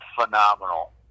phenomenal